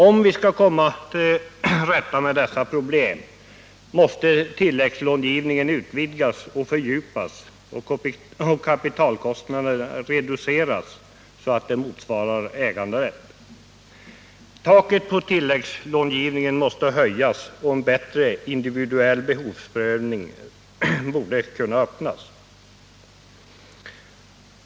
Om vi skall komma till rätta med dessa problem måste tilläggslånegivningen utvidgas och fördjupas och kapitalkostnaderna reduceras så att de motsvarar äganderätt. Taket på tilläggslånegivningen måste höjas, och en bättre individuell behovsprövning borde kunna öppnas.